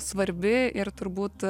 svarbi ir turbūt